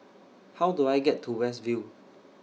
How Do I get to West View